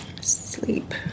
Sleep